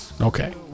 Okay